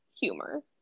humor